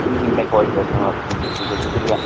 جی جی میں کال کرتا ہوں آپ کو ٹھیک ہے شکریہ